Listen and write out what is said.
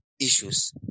issues